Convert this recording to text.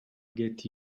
get